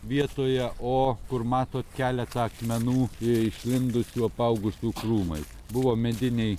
vietoje o kur matot keletą akmenų išlindusių apaugusių krūmais buvo mediniai